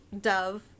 dove